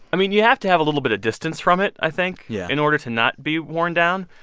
i mean, you have to have a little bit of distance from it, i think. yeah. in order to not be worn down.